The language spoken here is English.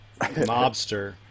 mobster